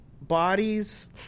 bodies